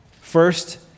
First